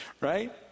right